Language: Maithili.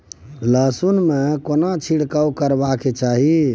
लहसुन में केना छिरकाव करबा के चाही?